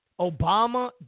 obama